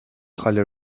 خاله